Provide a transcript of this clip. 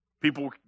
People